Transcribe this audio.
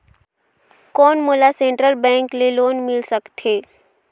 कौन मोला central bank ले लोन मिल सकथे?